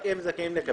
רק הם זכאים לקבל.